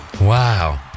Wow